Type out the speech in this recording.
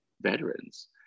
veterans